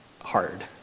hard